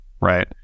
right